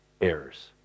errors